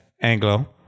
Anglo